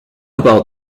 about